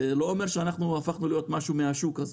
אבל זה לא אומר שאנחנו הפכנו להיות משהו מהשוק הזה.